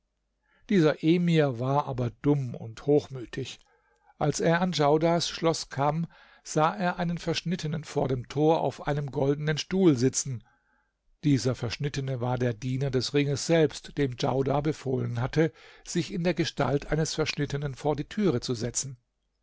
dieser emir war aber dumm und hochmütig als er an djaudars schloß kam sah er einen verschnittenen vor dem tor auf einem goldenen stuhl sitzen dieser verschnittene war der diener des ringes selbst dem djaudar befohlen hatte sich in der gestalt eines verschnittenen vor die türe zu setzen